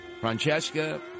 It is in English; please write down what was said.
Francesca